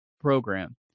program